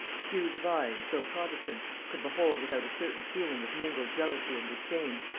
few divines, though protestant, could behold without a certain feeling of mingled jealousy and disdain,